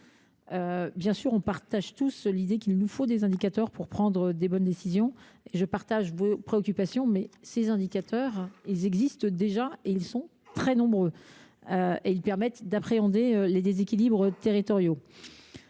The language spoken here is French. Bien sûr, il nous faut des indicateurs pour prendre de bonnes décisions. Je partage vos préoccupations, mais ces indicateurs existent déjà en grand nombre, et ils permettent d’appréhender les déséquilibres territoriaux.